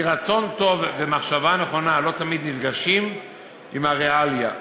כי רצון טוב ומחשבה נכונה לא תמיד נפגשים עם הריאליה,